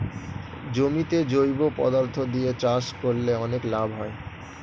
জমিতে জৈব পদার্থ দিয়ে চাষ করলে অনেক লাভ হয়